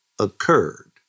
occurred